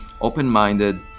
open-minded